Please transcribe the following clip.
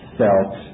felt